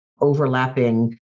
overlapping